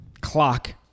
clock